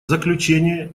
заключение